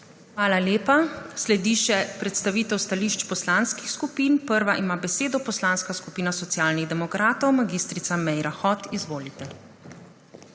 Hvala lepa. Sledi še predstavitev stališč poslanskih skupin. Prva ima besedo Poslanska skupina Socialnih demokratov. Mag. Meira Hot, izvolite.